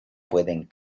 pueden